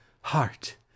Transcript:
heart